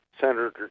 Senator